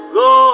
go